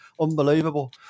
unbelievable